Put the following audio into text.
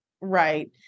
Right